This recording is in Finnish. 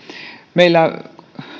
meillä